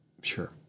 Sure